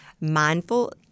mindful